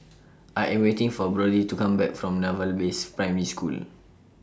I Am waiting For Brody to Come Back from Naval Base Primary School